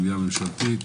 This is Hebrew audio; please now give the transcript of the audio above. גבייה ממשלתית,